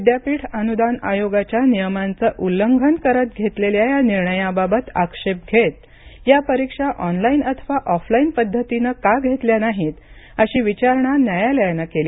विद्यापीठ अनुदान आयोगाच्या नियमांचं उल्लंघन करत घेतलेल्या या निर्णयाबाबत आक्षेप घेत या परीक्षा ऑनलाईन अथवा ऑफलाईन पद्धतीनं का घेतल्या नाहीत अशी विचारणा न्यायालयानं केली